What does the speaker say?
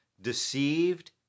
deceived